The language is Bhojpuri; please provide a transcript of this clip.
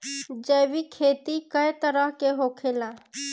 जैविक खेती कए तरह के होखेला?